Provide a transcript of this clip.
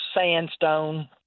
sandstone